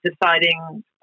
deciding